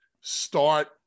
start